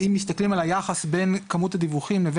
שאם מסתכלים על היחס בין כמות הדיווחים לבין